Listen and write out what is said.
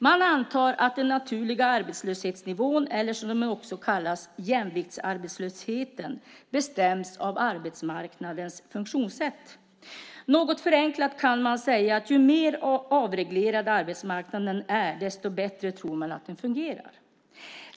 Man antar att den naturliga arbetslöshetsnivån, eller som den också kallas, jämviktsarbetslösheten, bestäms av arbetsmarknadens funktionssätt. Något förenklat kan man säga att ju mer avreglerad arbetsmarknaden är desto bättre tror man att den fungerar.